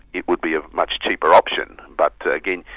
it would be a much cheaper option, but again,